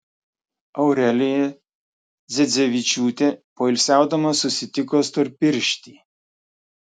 aurelija dzedzevičiūtė poilsiaudama susitiko storpirštį